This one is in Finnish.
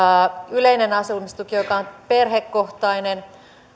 yleinen asumistuki joka on perhekohtainen